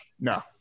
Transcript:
No